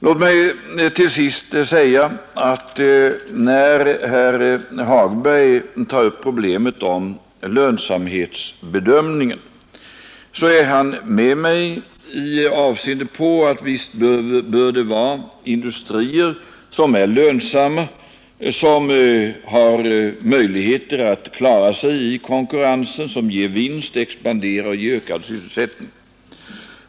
Låt mig till sist säga att när herr Hagberg tar upp problemet om lönsamhetsbedömningen så är han med mig med avseende på att det bör vara industrier som är lönsamma, som har möjligheter att klara sig i konkurrensen, som ger vinst, expanderar och ger ökad sysselsättning.